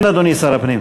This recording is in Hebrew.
כן, אדוני שר הפנים.